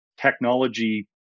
technology